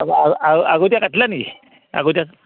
আগতীয়া কাটিলা নেকি আগতীয়াকে